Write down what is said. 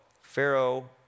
Pharaoh